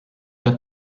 der